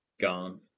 Gone